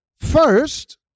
First